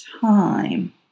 time